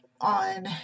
on